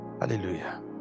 Hallelujah